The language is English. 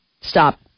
Stop